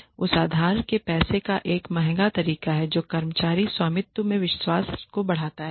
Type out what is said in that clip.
यह उधार के पैसे का एक महंगा तरीका है जो कर्मचारी स्वामित्व में विश्वास को बढ़ाता है